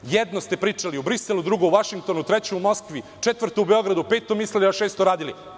Jedno ste pričali u Briselu, drugo u Vašingtonu, treće u Moskvi, četvrto u Beogradu, peto mislili, a šesto radili.